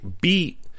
beat